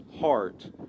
heart